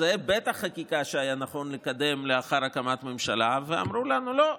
זה בטח חקיקה שהיה נכון לקדם לאחר הקמת ממשלה ואמרו לנו: לא,